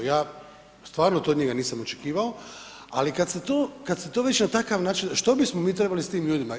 Ja stvarno to od njega nisam očekivao, ali kad se to, kad se to već na takav način, što bismo mi trebali s tim ljudima?